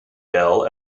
bell